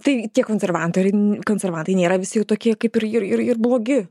tai tie konservantai konservantai nėra visi jau tokie kaip irir ir blogi